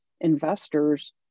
investors